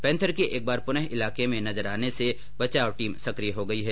panther के एक बार पुनः इलाके में नजर आने से बचाव टीम सकिय हो गयी है